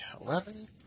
Eleven